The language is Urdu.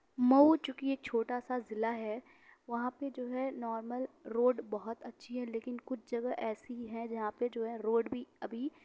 مئو چونکہ ایک چھوٹا سا ضلع ہے وہاں پہ جو ہے نارمل روڈ بہت اچھی ہے لیکن کچھ جگہ ایسی ہیں جہاں پہ جو ہے روڈ بھی ابھی